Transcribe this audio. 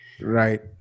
Right